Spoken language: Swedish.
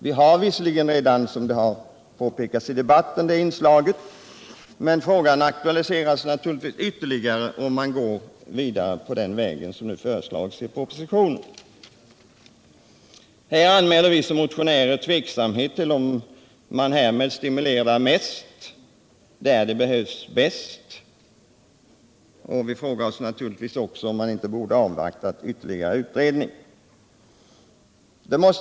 Vi har visserligen, som påpekats i debatten, redan inslag härav, men frågan aktualiseras naturligtvis ytterligare av de vidare steg på den vägen som nu föreslås i propositionen. Här anmäler vi motionärer tveksamhet till om de som på detta sätt stimuleras mest är de som behöver den hjälpen bäst. Vi frågar oss naturligtvis också om man inte borde avvakta den ytterligare utredning som kommer.